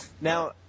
Now